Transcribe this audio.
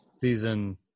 Season